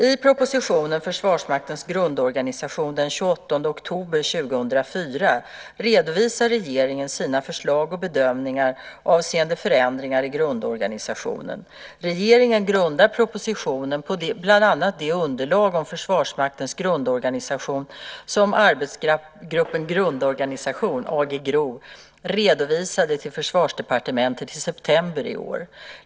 I propositionen Försvarsmaktens grundorganisation den 28 oktober 2004 redovisar regeringen sina förslag och bedömningar avseende förändringar i grundorganisationen. Regeringen grundar propositionen på bland annat det underlag om Försvarsmaktens grundorganisation som Arbetsgruppen Grundorganisation redovisade till Försvarsdepartementet i september i år.